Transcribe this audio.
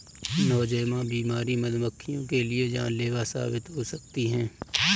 Nosema बीमारी मधुमक्खियों के लिए जानलेवा साबित हो सकती है